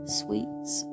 sweets